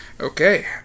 okay